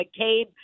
McCabe –